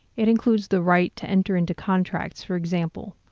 it includes the right to enter into contracts, for example,